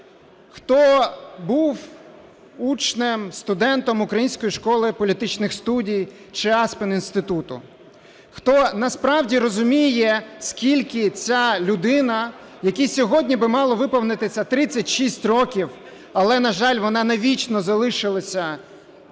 хто був учнем, студентом Української школи політичних студій чи Аспен Інституту. Хто насправді розуміє скільки ця людина, якій сьогодні би мало виповнитися 36 років, але, на жаль, вона навічно залишилася